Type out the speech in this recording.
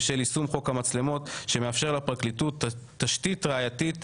בשל יישום חוק המצלמות שמאפשר לפרקליטות תשתית ראייתית